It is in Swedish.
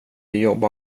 jobba